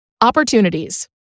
Opportunities